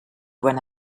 when